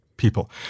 People